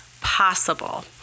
possible